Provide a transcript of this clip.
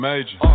Major